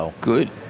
Good